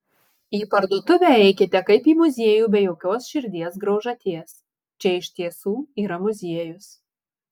į parduotuvę eikite kaip į muziejų be jokios širdies graužaties čia iš tiesų yra muziejus